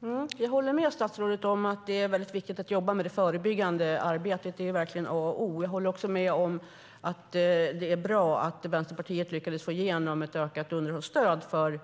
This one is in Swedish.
Fru talman! Jag håller med statsrådet om att det är viktigt att jobba med det förebyggande arbetet. Det är verkligen A och O. Jag håller också med om att det är bra att Vänsterpartiet lyckades få igenom ökat underhållsstöd för